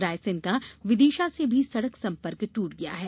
रायसेन का विदिशा से भी सड़क संपर्क टूट गया है